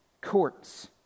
courts